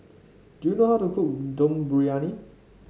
do you know how to cook Dum Briyani